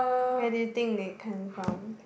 where do you think it came from